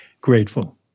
grateful